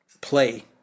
play